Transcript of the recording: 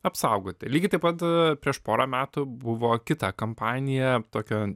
apsaugoti lygiai taip pat prieš porą metų buvo kita kompanija tokio